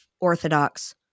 Orthodox